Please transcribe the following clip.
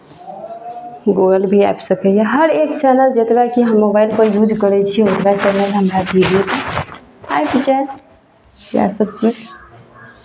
Google भी आबि सकैए हर एक चैनल जकरा कि हम मोबाइलपर यूज करै छियै ओकरा चलेनाइ हमरा भिडियोके आबि जाए इएहसब चीज